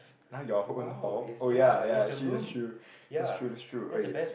ah your own hall oh ya ya actually that's true that's true that's true oei ah